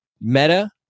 Meta